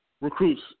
recruits